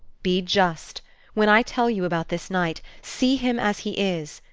be just when i tell you about this night, see him as he is.